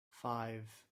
five